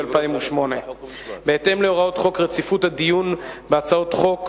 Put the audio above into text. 2008. בהתאם להוראות חוק רציפות הדיון בהצעות חוק,